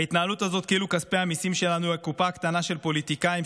ההתנהלות הזאת כאילו כספי המיסים שלנו הם קופה קטנה של פוליטיקאים,